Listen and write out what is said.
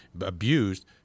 abused